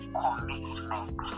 commitment